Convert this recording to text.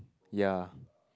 ya